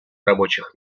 рабочих